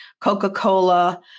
coca-cola